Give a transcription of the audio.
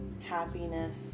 happiness